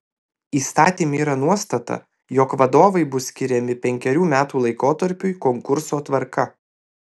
įstatyme yra nuostata jog vadovai bus skiriami penkerių metų laikotarpiui konkurso tvarka